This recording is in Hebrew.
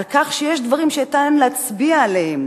על כך שיש דברים שניתן להצביע עליהם